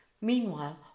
meanwhile